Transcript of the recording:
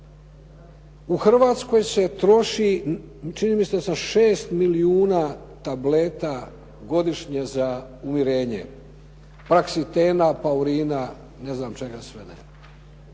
U Hrvatskoj se troši čini mi se 6 milijuna tableta godišnje za umirenje, praksitena, apaurina, ne znam čega sve ne.